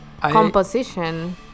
composition